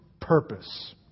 purpose